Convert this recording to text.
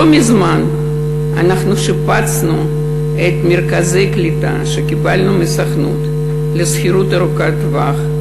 לא מזמן שיפצנו את מרכזי הקליטה שקיבלנו מהסוכנות לשכירות ארוכת-טווח,